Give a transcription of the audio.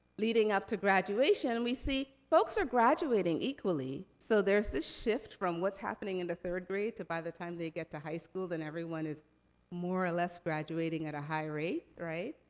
leading up to graduation, we see, folks are graduating equally. so there's this shift from what's happening in the third grade, to by the time they get to high school, then everyone is more or less graduating at a high rate.